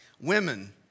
women